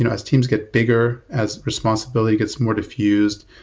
and as teams get bigger, as responsibility gets more diffused,